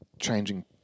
changing